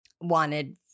wanted